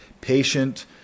patient